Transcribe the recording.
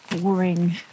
boring